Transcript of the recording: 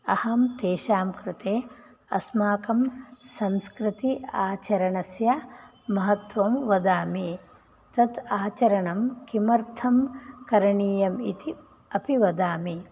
अहं तेषां कृते अस्माकं संस्कृति आचरणस्य महत्त्वं वदामि तद् आचरणं किमर्थं करणीयम् इति अपि वदामि